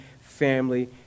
family